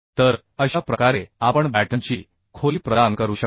तर अशा प्रकारे आपण बॅटनची खोली प्रदान करू शकतो